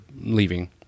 leaving